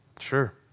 Sure